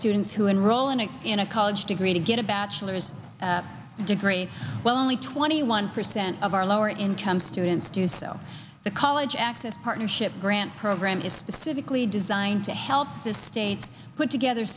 to enroll in a in a college degree to get a bachelor's degree well only twenty one percent of our lower income students do so the college access partnership grant program is specifically designed to help the state put together